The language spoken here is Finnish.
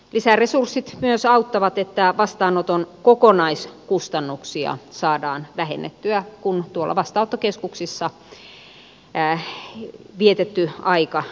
lisäresurssit myös auttavat että vastaanoton kokonaiskustannuksia saadaan vähennettyä kun vastaanottokeskuksissa vietetty aika lyhenee